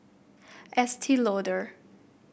Estee Lauder